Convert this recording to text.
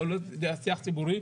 להעלות לשיח ציבורי.